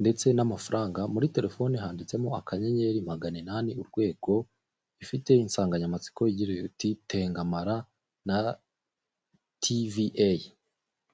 ndetse n'amafaranga, muri telefoni handitsemo akanyenyeri magana inani urwego, ifite insanganyamatsiko igira iti: "tengamara na tivi eyi".